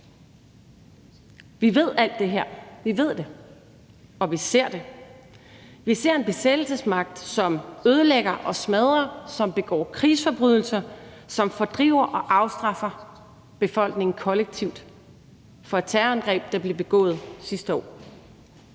Vi ved alt det her; vi ved det, og vi ser det. Vi ser en besættelsesmagt, som ødelægger og smadrer; som begår krigsforbrydelser; som fordriver og afstraffer befolkningen kollektivt for et terrorangreb, der blev begået sidste år.